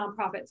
nonprofits